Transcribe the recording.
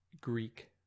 greek